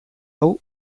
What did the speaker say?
hau